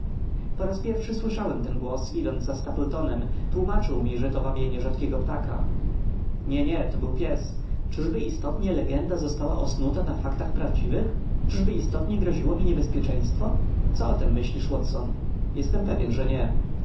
po raz pierwszy słyszałem ten głos idąc ze stapletonem tłómaczył mi że to wabienie rzadkiego ptaka nie nie to był pies czyżby istotnie legenda została osnuta na faktach prawdziwych czyżby istotnie groziło mi niebezpieczeństwo co o tem myślisz watson jestem pewien że nie